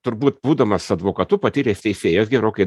turbūt būdamas advokatu patyręs teisėjas gerokai